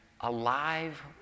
alive